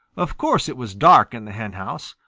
of course it was dark in the henhouse,